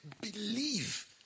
believe